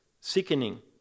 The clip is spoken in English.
sickening